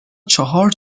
چهار